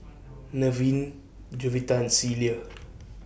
Nevin Jovita and Celia